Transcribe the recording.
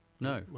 No